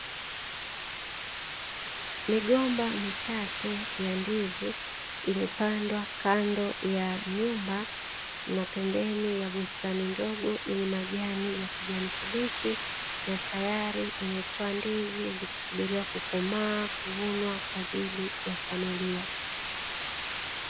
Migomba michache ya ndizi iliyopandwa kando ya nyumba na pembeni ya bustani ndogo, yenye majani ya kijani kibichi na tayari imetoa ndizi zikisubiriwa kukomaa kuvunwa kwa ajili ya familia.